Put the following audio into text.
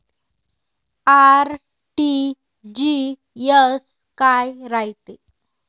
RTGS काय रायते?